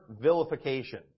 vilification